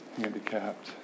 handicapped